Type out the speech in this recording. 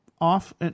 off